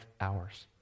hours